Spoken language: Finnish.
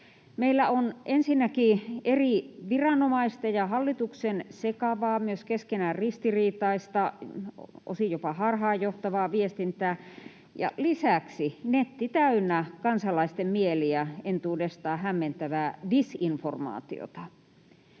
Meillä on ensinnäkin eri viranomaisten ja hallituksen sekavaa, myös keskenään ristiriitaista, osin jopa harhaanjohtavaa viestintää, ja lisäksi netti täynnä kansalaisten mieliä entuudestaan hämmentävää disinformaatiota.